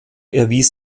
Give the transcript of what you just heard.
erwies